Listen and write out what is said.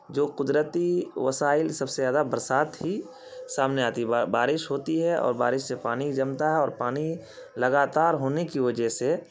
جو قدرتی وسائل سب سے زیادہ برسات ہی سامنے آتی ہے بارش ہوتی ہے اور بارش سے پانی جمتا ہے اور پانی لگاتار ہونے کی وجہ سے